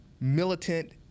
militant